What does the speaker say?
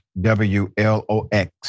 WLOX